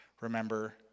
Remember